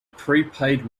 prepaid